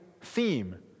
theme